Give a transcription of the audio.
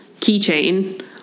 keychain